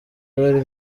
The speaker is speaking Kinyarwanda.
bari